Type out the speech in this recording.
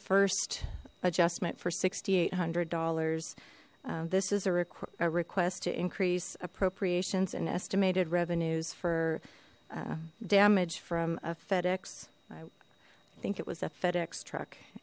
first adjustment for six thousand eight hundred dollars this is a request to increase appropriations and estimated revenues for damage from a fedex i think it was a fedex truck